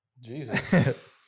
Jesus